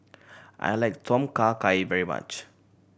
I like Tom Kha Gai very much